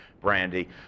brandy